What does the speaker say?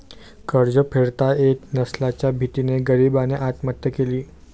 कर्ज फेडता येत नसल्याच्या भीतीने गरीबाने आत्महत्या केली